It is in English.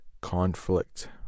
conflict